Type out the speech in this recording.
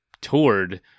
toured